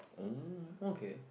oh okay